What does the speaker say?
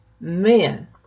men